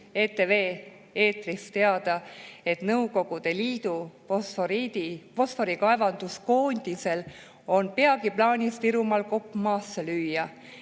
ETV eetrist teada, et Nõukogude Liidu fosforikaevanduskoondisel on peagi plaanis Virumaal kopp maasse lüüa.